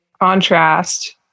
contrast